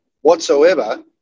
whatsoever